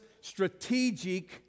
strategic